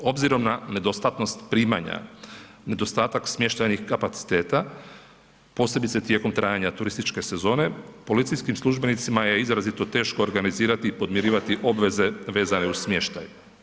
Obzirom na nedostatnost primanja i nedostatak smještajnih kapaciteta posebice tijekom trajanja turističke sezone, policijskim službenicima je izrazito teško organizirati i podmirivati obveze vezane uz smještaj.